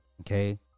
Okay